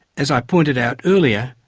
as i pointed out earlier,